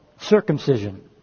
circumcision